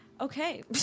Okay